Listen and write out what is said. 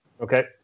Okay